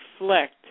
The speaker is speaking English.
reflect